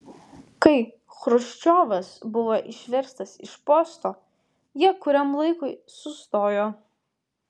kai chruščiovas buvo išverstas iš posto jie kuriam laikui sustojo